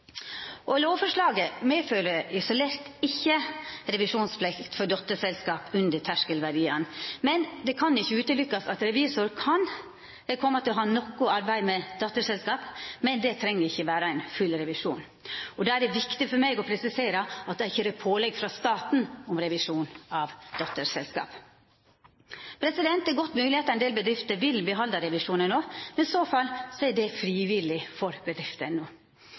132. Lovforslaget medfører isolert sett ikkje revisjonsplikt for dotterselskap under terskelverdiane. Det kan ikkje utelukkast at revisor vil måtta ha noko arbeid med dotterselskap, men det treng ikkje vera full revisjon. Og det er viktig for meg å presisera at staten ikkje pålegg revisjon av dotterselskap. Det er godt mogleg at ein del bedrifter vil behalda revisjon. I så fall er det frivillig. Til Dokument 8:19 S for